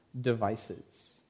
devices